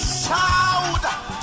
shout